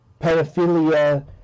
pedophilia